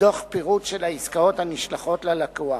בדוח פירוט העסקאות שנשלח ללקוח.